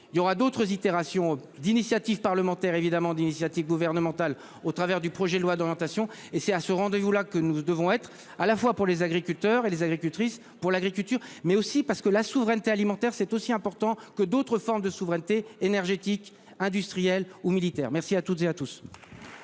il y aura d'autres itérations d'initiative parlementaire évidemment d'initiative gouvernementale au travers du projet de loi d'orientation et c'est à ce rendez-vous là que nous devons être à la fois pour les agriculteurs et les agricultrices. Pour l'agriculture mais aussi parce que la souveraineté alimentaire c'est aussi important que d'autres formes de souveraineté énergétique industrielle ou militaire. Merci à toutes et à tous.